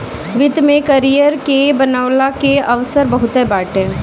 वित्त में करियर के बनवला के अवसर बहुते बाटे